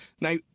Now